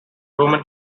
roman